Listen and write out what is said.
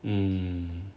mm